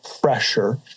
fresher